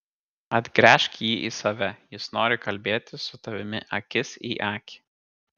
atgręžk jį į save jis nori kalbėtis su tavimi akis į akį